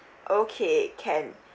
okay can